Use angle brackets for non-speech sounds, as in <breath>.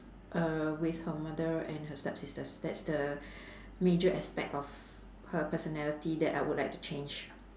err with her mother and her stepsisters that's the <breath> major aspect of her personality that I would like to change